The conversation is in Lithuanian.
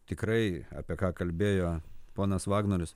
tikrai apie ką kalbėjo ponas vagnorius